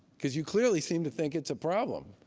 because you clearly seem to think it's a problem.